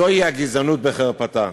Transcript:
זוהי הגזענות בחרפתה.